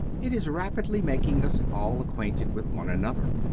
it is rapidly making us all acquainted with one another.